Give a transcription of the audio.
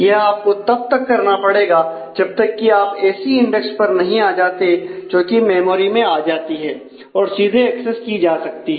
यह आपको तब तक करना पड़ेगा जब तक कि आप ऐसी इंडेक्स पर नहीं आ जाते जो की मेमोरी में आ जाती है और सीधे एक्सेस की जा सकती है